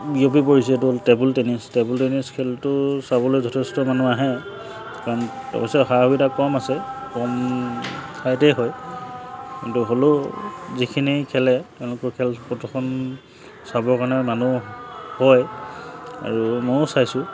বিয়পি পৰিছে সেইটো হ'ল টেবুল টেনিছ টেবুল টেনিছ খেলটো চাবলৈ যথেষ্ট মানুহ আহে কাৰণ অৱশ্যে সা সুবিধা কম আছে কম ঠাইতেই হয় কিন্তু হ'লেও যিখিনিয়ে খেলে তেওঁলোকৰ খেল খন চাবৰ কাৰণে মানুহ হয় আৰু ময়ো চাইছোঁ